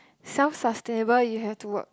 self sustainable you have to work